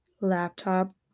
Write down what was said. laptop